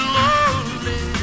lonely